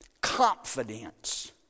confidence